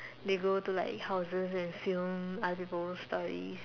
they go to like houses and film other people's stories